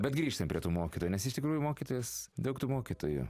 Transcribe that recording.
begrįžtant prie tų mokytojų nes iš tikrųjų mokytojas daug tų mokytojų